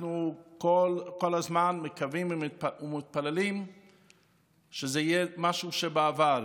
אנחנו כל הזמן מקווים ומתפללים שזה יהיה משהו ששייך לעבר.